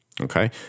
Okay